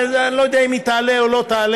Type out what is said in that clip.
ואני לא יודע אם היא תעלה או לא תעלה,